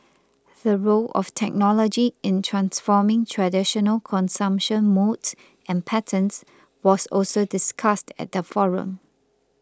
the role of technology in transforming traditional consumption modes and patterns was also discussed at the forum